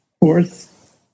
fourth